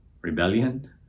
Rebellion